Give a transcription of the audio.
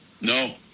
No